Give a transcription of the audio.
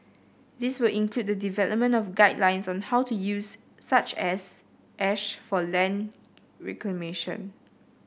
this will include the development of guidelines on how to use such ash for land reclamation